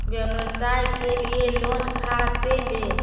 व्यवसाय के लिये लोन खा से ले?